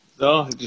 No